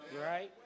Right